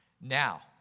Now